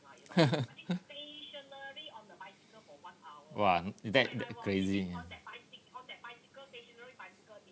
!wah! that's crazy